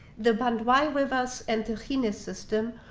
the bandwai rivers and the khinus system,